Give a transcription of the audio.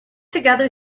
together